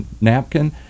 napkin